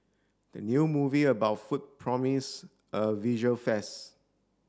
the new movie about food promise a visual